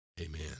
amen